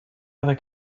other